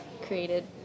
created